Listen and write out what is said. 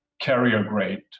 carrier-grade